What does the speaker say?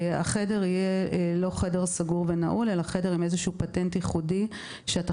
החדר לא יהיה חדר סגור ונעול אלא חדר עם פטנט ייחודי שאתה